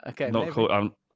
Okay